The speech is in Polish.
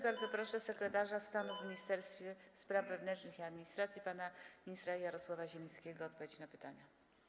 Bardzo proszę sekretarza stanu w Ministerstwie Spraw Wewnętrznych i Administracji pana ministra Jarosława Zielińskiego o odpowiedź na pytania.